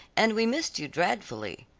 and we missed you dreadfully.